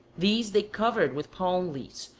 these they covered with palm-leaves,